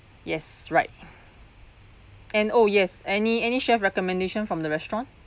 yes right and oh yes any any chef recommendation from the restaurant